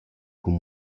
cun